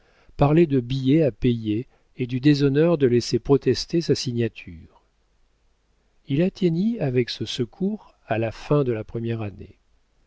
parlait de billets à payer et du déshonneur de laisser protester sa signature il atteignit avec ce secours à la fin de la première année